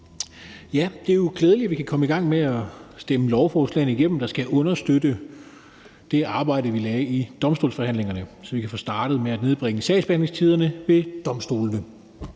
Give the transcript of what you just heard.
Det er jo glædeligt, at vi kan komme i gang med at stemme lovforslagene, der skal understøtte det arbejde, vi lagde i domstolsforhandlingerne, igennem, så vi kan få startet med at nedbringe sagsbehandlingstiderne ved domstolene.